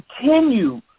continue